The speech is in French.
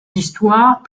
histoires